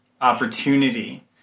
opportunity